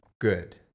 good